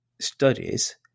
studies